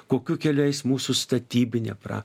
kokiu keliu eis mūsų statybine pra